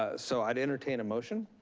ah so i'd entertain a motion.